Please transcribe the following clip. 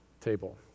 table